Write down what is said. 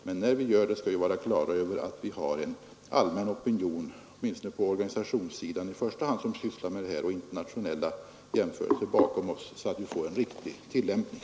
Men när vi gör det skall vi vara klara över att vi har en allmän opinion, åtminstone i första hand på organisationssidan, och internationella jämförelser bakom oss så att vi får en riktig tillämpning.